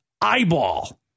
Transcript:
eyeball